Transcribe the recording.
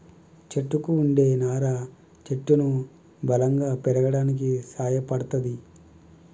చెట్టుకు వుండే నారా చెట్టును బలంగా పెరగడానికి సాయపడ్తది